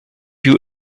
you